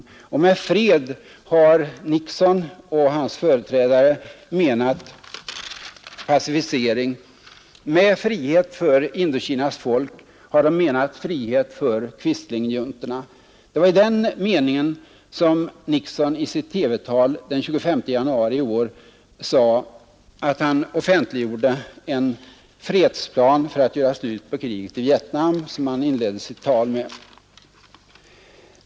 Och med fred har Nixon och tidigare presidenter menat pacificering, med frihet för Indokinas folk har de menat frihet för quislingjuntorna. Det var i den meningen som Nixon i sitt TV-tal den 25 januari i år offentliggjorde en ”fredsplan för att göra slut på kriget i Vietnam”.